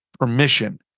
permission